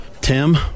Tim